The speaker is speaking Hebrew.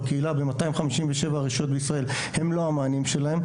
בקהילה ב-257 רשויות במדינת ישראל הם לא המענים שלהם,